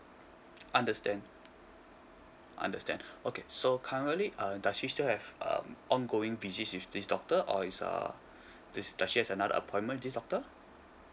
understand understand okay so currently uh does she still have um ongoing visit with this doctor or is uh this does she have another appointment with this doctor